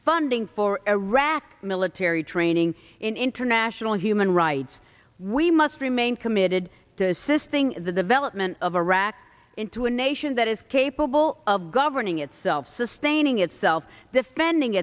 funding for iraqi military training in international human rights we must remain committed to assisting the development of iraq into a nation that is capable of governing itself sustaining itself defending